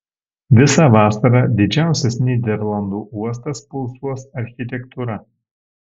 visą vasarą didžiausias nyderlandų uostas pulsuos architektūra